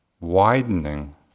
widening